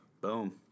Boom